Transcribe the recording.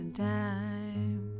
time